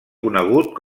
conegut